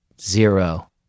zero